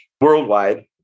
worldwide